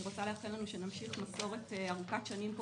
אני רוצה לאחל לנו שנמשיך מסורת ארוכת שנים פה